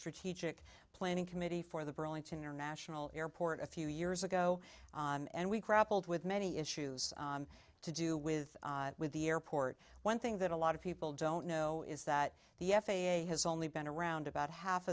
strategic planning committee for the burlington international airport a few years ago and we grappled with many issues to do with with the airport one thing that a lot of people don't know is that the f a a has only been around about half